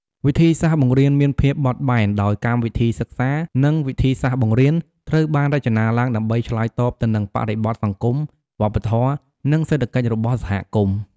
វិធីសាស្ត្របង្រៀនមានភាពបត់បែន ដោយកម្មវិធីសិក្សា និងវិធីសាស្ត្របង្រៀនត្រូវបានរចនាឡើងដើម្បីឆ្លើយតបទៅនឹងបរិបទសង្គម វប្បធម៌ និងសេដ្ឋកិច្ចរបស់សហគមន៍។